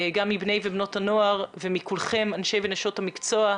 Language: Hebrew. גם מבני ובנות הנוער ומכולכם, אנשי ונשות המקצוע,